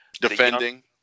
Defending